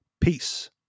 Peace